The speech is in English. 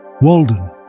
Walden